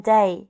Day